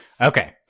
okay